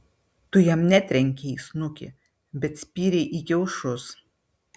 tu jam netrenkei į snukį bet spyrei į kiaušus